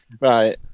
Right